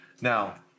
Now